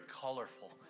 colorful